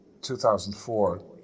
2004